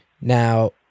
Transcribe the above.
Now